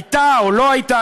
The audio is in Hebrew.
שהייתה או לא הייתה.